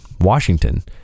washington